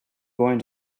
going